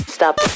Stop